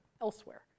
elsewhere